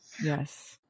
Yes